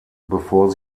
bevor